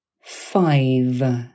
five